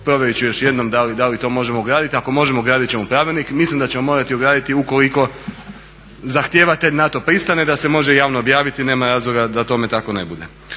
provjerit ću još jednom da li to možemo ugraditi, ako možemo ugraditi, ugraditi ćemo u pravilnik. Mislim da ćemo morati ugraditi ukoliko zahtijevate i na to pristane da se može javno objaviti i nema razloga da tome tako ne bude.